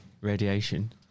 radiation